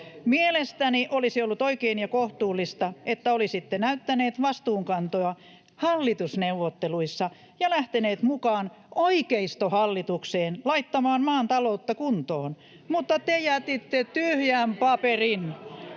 Mielestäni olisi ollut oikein ja kohtuullista, että olisitte näyttäneet vastuunkantoa hallitusneuvotteluissa ja lähteneet mukaan oikeistohallitukseen laittamaan maan taloutta kuntoon, mutta te jätitte tyhjän paperin,